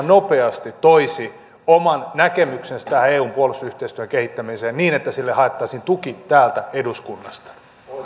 nopeasti toisi oman näkemyksensä tähän eun puolustusyhteistyön kehittämiseen niin että sille haettaisiin tuki täältä eduskunnasta